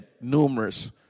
numerous